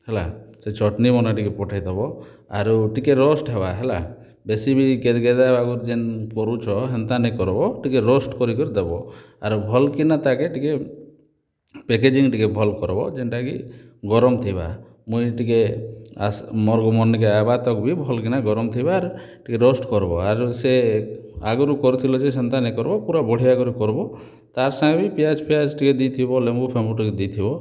ହେଲା ସେଇ ଚଟଣି ମାନେ ଟିକେ ପଠେଇ ଦବ ଆରୁ ଟିକେ ରୋଷ୍ଟ ହେବା ହେଲା ବେଶୀ ବି ଗେରେ ଗେରେ ଯେନ୍ କରୁଛ ହେନ୍ତା ନାଇଁ କରବୋ ଟିକେ ରୋଷ୍ଟ କରି କିରି ଦବ ଆରୁ ଭଲ କିନା ତାକେ ଟିକେ ପ୍ୟାକେଜିଙ୍ଗ ଟିକେ ଭଲ କରବୋ ଯେନ୍ତା କି ଗରମ ଥିବା ମୁଇଁ ଟିକେ ମୋର ମନିକେ ଆସିବାର ତକ ବି ଭଲ କିନା ଗରମ ଥିବା ଟିକେ ରୋଷ୍ଟ କରବ ଆରୁ ସିଏ ଆଗୁରୁ କରୁଥିଲେ ଯେ ସେନ୍ତା ନାଇଁ କରବ ପୁରା ବଢ଼ିଆ କିନି କରବୋ ତା'ର ସାଙ୍ଗ ବି ପିଆଜ ଫିଆଜ ଟିକେ ଦେଇଥିବ ଲେମ୍ବୁ ଫେମ୍ବୁ ଟିକେ ଦେଇଥିବ